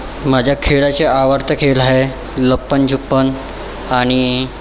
माझा खेळाचा आवडता खेळ आहे लप्पणछुप्पण आणि